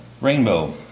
Rainbow